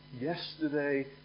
yesterday